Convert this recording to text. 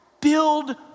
Build